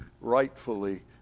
rightfully